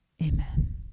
Amen